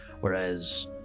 Whereas